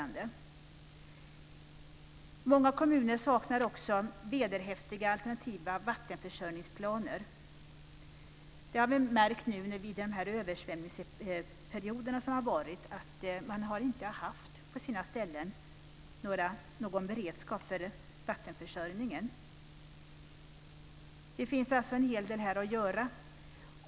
Många kommuner saknar också vederhäftiga och alternativa vattenförsörjningsplaner. Vid de översvämningsperioder som har varit har man på sina ställen inte haft någon beredskap för vattenförsörjningen. Det finns alltså en hel del här att göra.